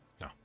no